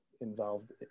involved